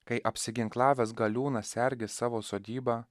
kai apsiginklavęs galiūnas sergi savo sodybą